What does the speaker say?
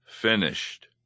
finished